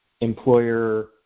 employer